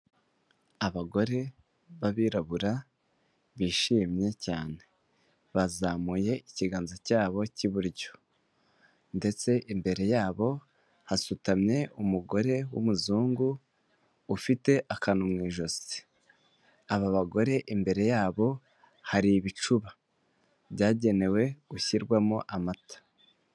Abagore b'abirabura bishimye cyane, bazamuye ikiganza cyabo k'iburyo ndetse imbere yabo hasutamye umugore w'umuzungu ufite akatnu mu ijosi, aba bagore imbere yabo, hari ibicuba byagenewe gushyirwamo amata.